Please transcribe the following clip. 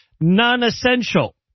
non-essential